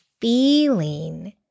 feeling